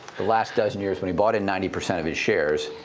the last dozen years when he bought in ninety percent of his shares,